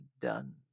done